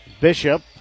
Bishop